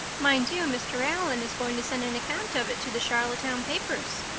mind you, mr. allan is going to send an account of it to the charlottetown papers.